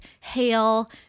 hail